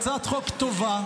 היא הצעת חוק טובה,